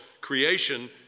creation